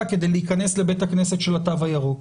כדי להיכנס לבית הכנסת של התו הירוק,